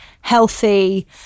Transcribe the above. healthy